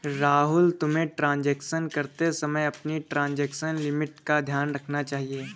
राहुल, तुम्हें ट्रांजेक्शन करते समय अपनी ट्रांजेक्शन लिमिट का ध्यान रखना चाहिए